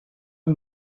hem